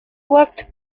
worked